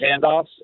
handoffs